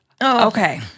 Okay